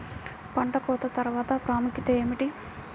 పంట కోత తర్వాత ప్రాముఖ్యత ఏమిటీ?